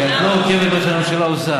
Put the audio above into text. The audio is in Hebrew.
כי את לא עוקבת אחרי מה שהממשלה עושה.